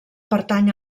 pertany